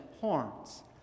horns